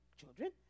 children